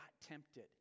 tempted